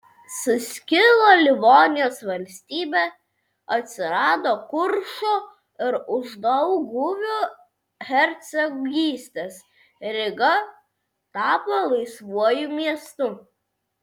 suskilo livonijos valstybė atsirado kuršo ir uždauguvio hercogystės ryga tapo laisvuoju miestu